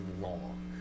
long